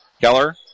Keller